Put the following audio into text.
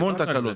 המון תקלות.